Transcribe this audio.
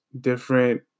different